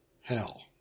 hell